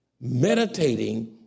Meditating